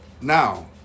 now